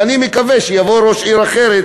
ואני מקווה שיבוא ראש עיר אחר,